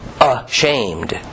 ashamed